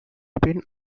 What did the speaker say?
been